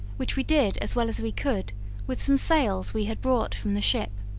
which we did as well as we could with some sails we had brought from the ship.